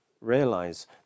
realize